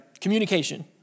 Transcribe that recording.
Communication